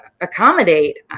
accommodate